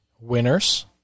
winners